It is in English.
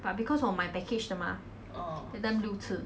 but because 我买 package 的 mah then 有六次